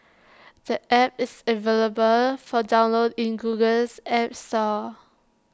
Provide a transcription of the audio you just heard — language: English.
the app is available for download in Google's app store